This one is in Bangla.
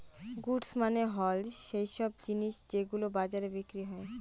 গুডস মানে হল সৈইসব জিনিস যেগুলো বাজারে বিক্রি হয়